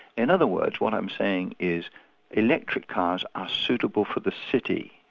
in other words, what i'm saying is electric cars are suitable for the city.